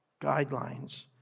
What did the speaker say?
guidelines